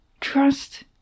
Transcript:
Trust